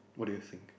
what do you think